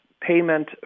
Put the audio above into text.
payment